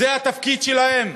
זה התפקיד שלהן?